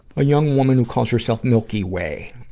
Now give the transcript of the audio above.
a young woman who calls herself milky way,